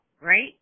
right